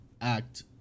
act